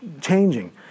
changing